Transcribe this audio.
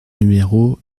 numéro